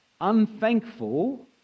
unthankful